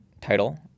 title